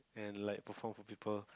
and like perform for people